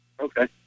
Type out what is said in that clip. Okay